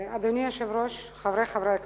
אדוני היושב-ראש, חברי חברי הכנסת,